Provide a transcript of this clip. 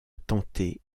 tenter